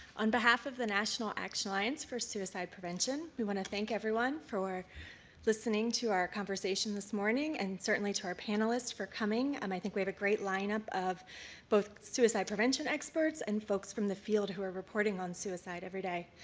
on behalf of the national action alliance for suicide prevention, we want to thank everyone for listening to our conversation this morning, and certainly to our panelists for coming, and um i think we have a great lineup of both suicide prevention experts and folks from the field who are reporting on suicide every day.